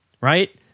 right